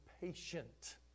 patient